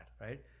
right